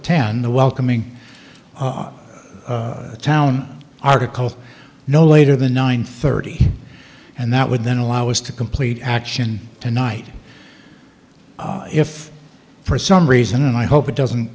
the welcoming town article no later than nine thirty and that would then allow us to complete action tonight if for some reason and i hope it doesn't